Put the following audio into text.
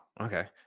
okay